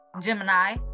Gemini